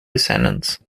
descendants